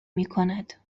میکند